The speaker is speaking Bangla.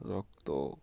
রক্ত